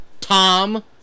Tom